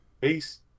Peace